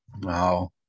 Wow